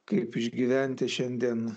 kaip išgyventi šiandien